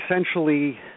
essentially